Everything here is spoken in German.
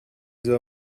soll